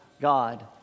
God